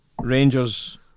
Rangers